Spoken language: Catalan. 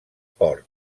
port